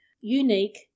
unique